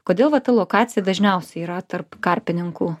kodėl va ta lokacija dažniausia yra tarp karpininkų